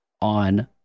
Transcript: on